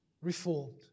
reformed